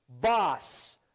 boss